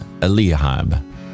Eliab